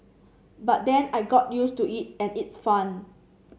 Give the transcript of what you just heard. but then I got used to it and its fun